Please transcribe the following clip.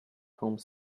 home